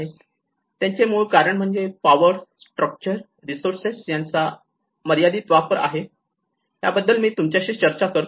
तेव्हा याचे मूळ कारण म्हणजे पावर स्ट्रक्चर रिसोर्सेस यांचा मर्यादित वापर हे आहे याबद्दल मी तुमच्याशी चर्चा करतो